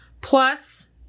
plus